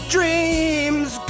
Dreams